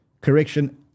correction